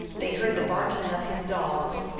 they heard the barking of his dogs,